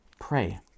pray